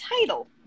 title